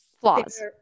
flaws